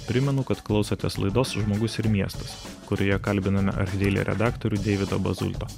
primenu kad klausotės laidos žmogus ir miestas kurioje kalbiname archdeili redaktorių deividą bazulto